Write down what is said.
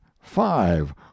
five